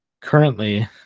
Currently